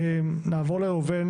נעבור לראובן